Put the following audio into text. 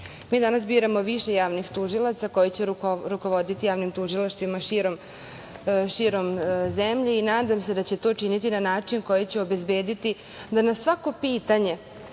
danas biramo više javnih tužioca koji će rukovoditi javnim tužilaštvima širom zemlje i nadam se da će to činiti na način koji će obezbediti na da na svako pitanje